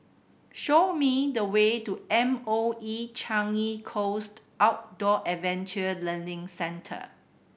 show me the way to M O E Changi Coast Outdoor Adventure Learning Centre